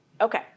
Okay